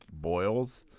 boils